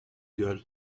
girl